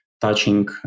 touching